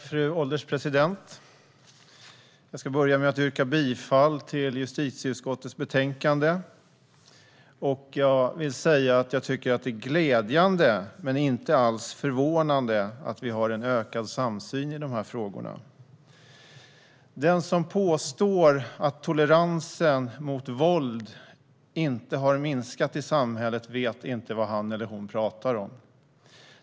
Fru ålderspresident! Jag yrkar bifall till justitieutskottets förslag. Det är glädjande men inte alls förvånande att vi har en ökad samsyn i dessa frågor. Den som påstår att toleransen mot våld inte har minskat i samhället vet inte vad han eller hon pratar om.